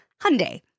Hyundai